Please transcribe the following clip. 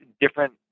different